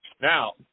Now